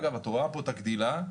אפשר לראות את הגדילה,